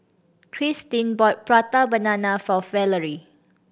Kristin bought Prata Banana for Valery